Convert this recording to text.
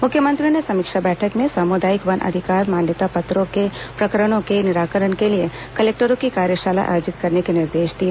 मुख्यमंत्री ने समीक्षा बैठक में सामुदायिक वन अधिकार मान्यता पत्रों के प्रकरणों के निराकरण के लिए कलेक्टरों की कार्यशाला आयोजित करने के निर्देश दिए